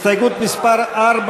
הסתייגות מס' 4,